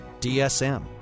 DSM